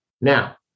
Now